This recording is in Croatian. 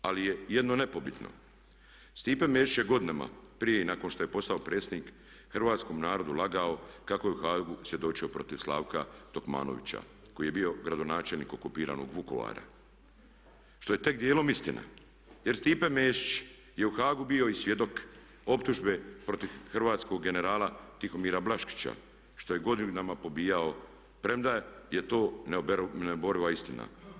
Ali je jedno nepobitno, Stipe Mesić je godinama prije i nakon što je postao predsjednik hrvatskom narodu lagao kako je u Hagu svjedočio protiv Slavka Dokmanovića koji je bio gradonačelnik okupiranog Vukovara što je tek dijelom istina jer Stipe Mesić je u Hagu bio i svjedok optužbe protiv hrvatskog generala Tihomira Blaškića što je godinama pobijao premda je to neoboriva istina.